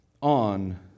on